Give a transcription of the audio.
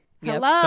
Hello